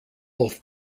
both